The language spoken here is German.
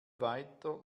weiter